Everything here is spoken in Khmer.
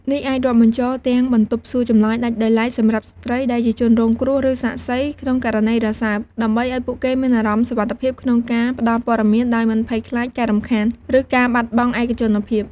នេះអាចរាប់បញ្ចូលទាំង បន្ទប់សួរចម្លើយដាច់ដោយឡែកសម្រាប់ស្ត្រីដែលជាជនរងគ្រោះ ឬសាក្សីក្នុងករណីរសើប ដើម្បីឱ្យពួកគេមានអារម្មណ៍សុវត្ថិភាពក្នុងការផ្តល់ព័ត៌មានដោយមិនភ័យខ្លាចការរំខាន ឬការបាត់បង់ឯកជនភាព។